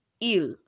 ill